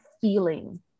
feeling